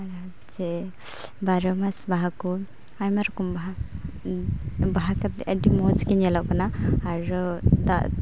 ᱟᱭᱢᱟ ᱥᱮ ᱵᱟᱨᱚ ᱢᱟᱥ ᱵᱟᱦᱟ ᱠᱚ ᱵᱟᱦᱟ ᱠᱟᱛᱮᱫ ᱟᱨᱚ ᱟᱹᱰᱤ ᱢᱚᱡᱽᱜᱮ ᱧᱮᱞᱚᱜ ᱠᱟᱱᱟ ᱟᱨ ᱫᱟᱜ